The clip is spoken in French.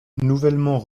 nouvellement